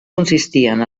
consistien